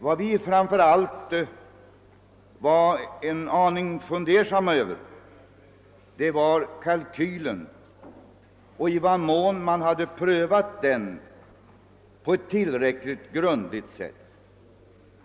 Vad vi framför allt var fundersamma över var i vad mån man hade prövat kalkylen på ett tillräckligt grundligt sätt.